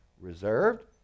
reserved